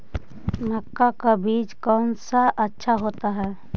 मक्का का बीज कौन सा अच्छा होता है?